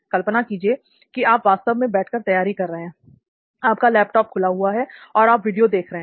कल्पना कीजिए कि आप वास्तव में बैठकर तैयारी कर रहे हैं आपका लैपटॉप खुला हुआ है और आप वीडियो देख रहे हैं